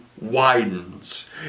widens